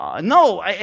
No